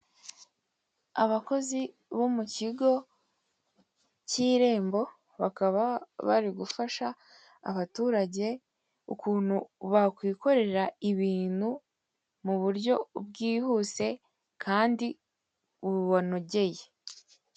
Abakozi bomukigo cy'irembo bakaba barigufa abaturege ukuntu bakwikorera ibintu muburyo bwihuse kandi bubanogeye.